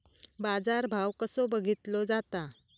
बाजार भाव कसो बघीतलो जाता?